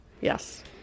yes